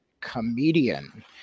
comedian